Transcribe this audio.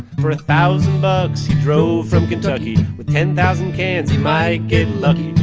for a thousand bucks, he drove from kentucky. with ten thousand cans, he might get lucky.